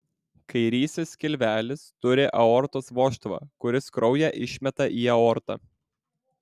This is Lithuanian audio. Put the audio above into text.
kairysis skilvelis turi aortos vožtuvą kuris kraują išmeta į aortą